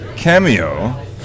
Cameo